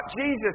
Jesus